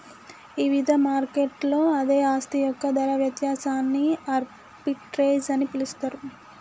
ఇవిధ మార్కెట్లలో అదే ఆస్తి యొక్క ధర వ్యత్యాసాన్ని ఆర్బిట్రేజ్ అని పిలుస్తరు